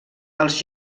als